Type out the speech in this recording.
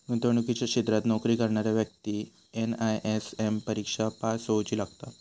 गुंतवणुकीच्या क्षेत्रात नोकरी करणाऱ्या व्यक्तिक एन.आय.एस.एम परिक्षा पास होउची लागता